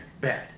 bad